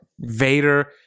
Vader